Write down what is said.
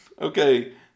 Okay